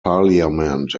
parliament